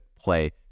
play